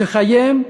שחייהם,